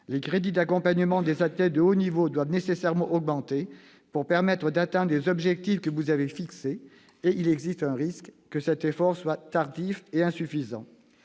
Les crédits d'accompagnement des athlètes de haut niveau doivent nécessairement augmenter pour permettre d'atteindre les objectifs que vous avez fixés, et il existe un risque que cet effort soit tardif et insuffisant.